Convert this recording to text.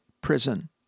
prison